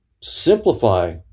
simplify